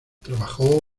trabajó